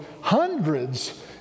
hundreds